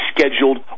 Scheduled